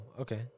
okay